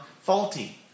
faulty